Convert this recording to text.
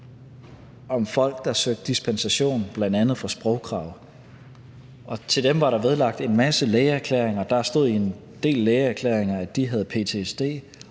om folk, der søgte dispensation fra bl.a. sprogkravet, og deres sager var vedlagt en masse lægeerklæringer, og der stod i en del af lægeerklæringerne, at de havde ptsd,